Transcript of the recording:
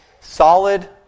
solid